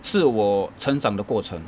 是我成长的过程